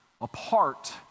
apart